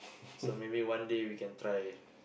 so maybe one day we can try